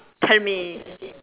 tell me